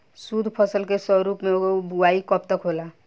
शुद्धफसल के रूप में बुआई कब तक होला?